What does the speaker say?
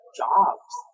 jobs